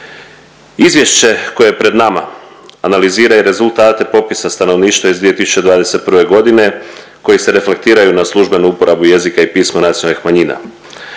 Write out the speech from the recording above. Izvješće koje je pred nama analizira i rezultate popisa stanovništva iz 2021.g. koji se reflektiraju na službenu uporabu jezika i pisma nacionalnih manjina.